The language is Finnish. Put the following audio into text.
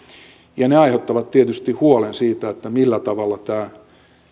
ja ne aiheuttavat tietysti huolen siitä millä tavalla tämä